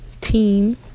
team